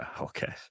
okay